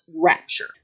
Rapture